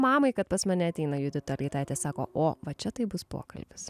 mamai kad pas mane ateina judita leitaitė sako o va čia tai bus pokalbis